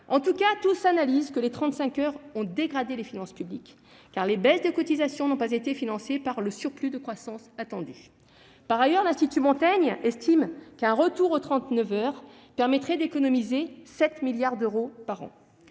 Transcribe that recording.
état de cause, tous concluent que les 35 heures ont dégradé les finances publiques, car les baisses de cotisations n'ont pas été financées par le surplus de croissance attendu. Très bien ! Par ailleurs, l'Institut Montaigne estime qu'un retour aux 39 heures permettrait d'économiser 7 milliards d'euros par an